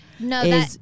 No